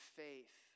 faith